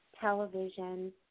television